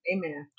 Amen